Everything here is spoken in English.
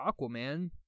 Aquaman